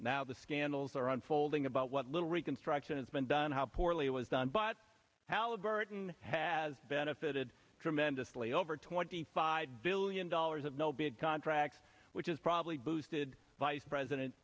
now the scandals are unfolding about what little reconstruction has been done how poorly it was done but how burton has benefited tremendously over twenty five billion dollars of no bid contracts which is probably boosted vice president